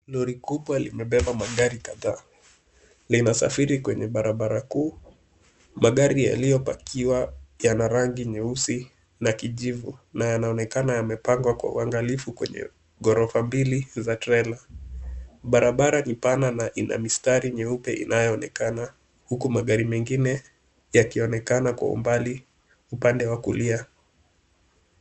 Lori kubwa limebeba magari kadhaa. Linasafiri kwenye barabara kuu, magari yaliyopakiwa yana rangi nyeusi na kijivu na yanaoneka yamepangwa kwa uangalifu kwenye ghorofa mbili za trela. Barabara ni pana na ina mistari nyeupe inayoonekana huku magari mengine yakionekana kwa umbali upande wa kulia.